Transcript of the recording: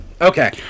Okay